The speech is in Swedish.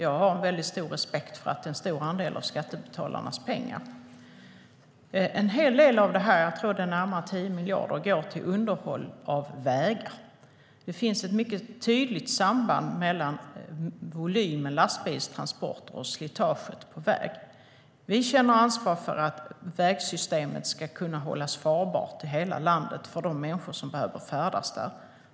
Jag har respekt för att det är en stor andel av skattebetalarnas pengar. Närmare 10 miljarder går till underhåll av vägar. Det finns ett tydligt samband mellan volymen av lastbilstransporter och slitage på väg. Vi känner ansvar för att vägsystemet ska hållas farbart i hela landet för de människor som behöver färdas där.